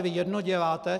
Vy jedno děláte...